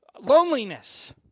loneliness